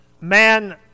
man